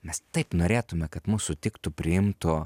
mes taip norėtume kad mus sutiktų priimtų